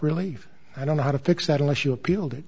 really i don't know how to fix that unless you appealed it